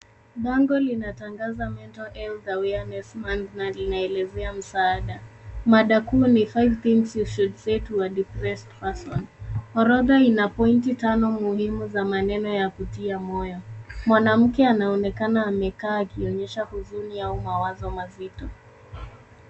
Bango linatangaza Mental Health Awareness Month , na linaelezea msaada. Mada kuu ni five things you should say to a depressed person . Orodha ina pointi tano muhimu za maneno ya kutia moyo. Mwanamke anaonekana amekaa akionyesha huzuni au mawazo mazito.